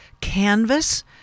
canvas